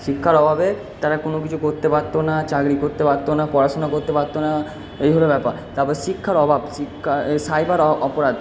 শিক্ষার অভাবে তারা কোনো কিছু করতে পারতো না চাকরি করতে পারতো না পড়াশোনা করতে পারতো না এই হলো ব্যাপার তারপর শিক্ষার অভাব শিক্ষা সাইবার অপরাধ